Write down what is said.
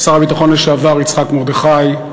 שר הביטחון לשעבר יצחק מרדכי,